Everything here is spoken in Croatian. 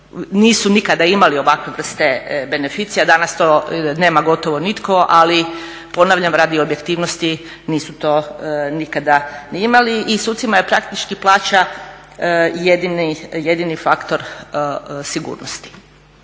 nisu nikada imali ovakve vrste beneficija, danas to nema gotovo nitko ali ponavljam radi objektivnosti nisu to nikada ni imali. I sucima je praktički plaća jedini faktor sigurnosti.